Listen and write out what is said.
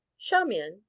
charmian,